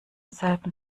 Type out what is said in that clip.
selben